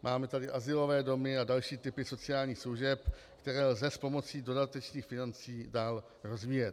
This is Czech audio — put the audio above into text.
Máme tady azylové domy a další typy sociálních služeb, které lze s pomocí dodatečných financí dál rozvíjet.